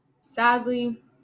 Sadly